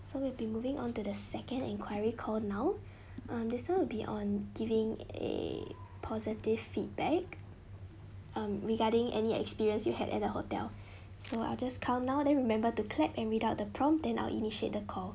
so we'll be moving on to the second enquiry call now um this [one] will be on giving a positive feedback um regarding any experience you had at the hotel so I'll just count now then remember to clap and read out the prompt and I'll initiate the call